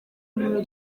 muriro